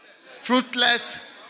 fruitless